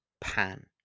Pan